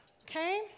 Okay